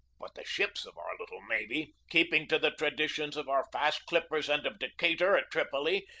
but the ships of our little navy, keeping to the traditions of our fast clippers and of decatur at trip oli,